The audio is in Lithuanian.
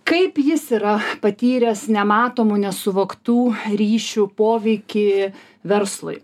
kaip jis yra patyręs nematomų nesuvoktų ryšių poveikį verslui